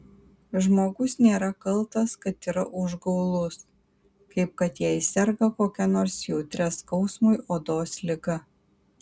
žmogus nėra kaltas kad yra užgaulus kaip kad jei serga kokia nors jautria skausmui odos liga